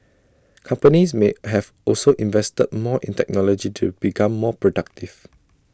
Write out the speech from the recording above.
companies may have also invested more in technology to become more productive